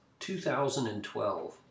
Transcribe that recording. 2012